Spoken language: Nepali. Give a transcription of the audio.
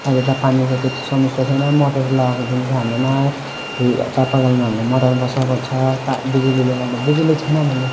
अहिले त पानीको त्यति समस्या छैन मोटर लगाएको देखिको हाम्रोमा त्यही चापाकलमा हाम्रो मोटर बसाएको छ कहाँ बिजुली जगामा बिजुली छैन भने